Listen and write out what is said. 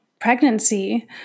pregnancy